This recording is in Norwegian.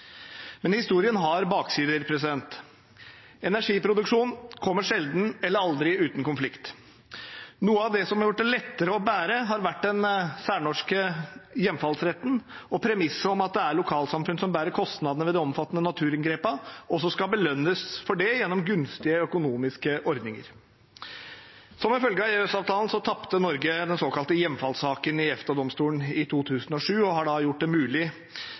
Men historien har baksider. Energiproduksjon kommer sjelden eller aldri uten konflikt. Noe av det som har gjort det lettere å bære, har vært den særnorske hjemfallsretten og premisset om at det er lokalsamfunnet som bærer kostnadene ved de omfattende naturinngrepene, og som skal belønnes for det gjennom gunstige økonomiske ordninger. Som en følge av EØS-avtalen tapte Norge den såkalte hjemfallssaken i EFTA-domstolen i 2007, og det har da gjort det mulig